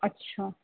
अच्छा